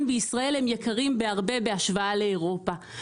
בישראל הם יקרים בהרבה בהשוואה לאירופה.